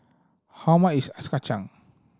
how much is ice kacang